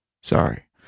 Sorry